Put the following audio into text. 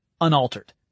unaltered